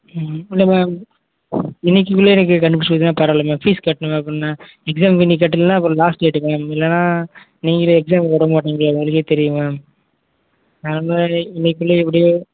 ம் இல்லை மேம் இன்றைக்கிக்குள்ள எனக்கு கண்டுப்பிடிச்சி கொடுத்தீங்கன்னா பரவாயில்ல மேம் ஃபீஸ் கட்டணும் மேம் அப்படின்னா எக்ஸாமுக்கு இன்றைக்கு கட்டலைன்னா அப்புறம் லாஸ்ட் டேட் மேம் இல்லைன்னா நீங்களே எக்ஸாமுக்கு விடமாட்டிங்களே அது உங்களுக்கே தெரியும் மேம் அது மாதிரி இன்றைக்குள்ள எப்படியோ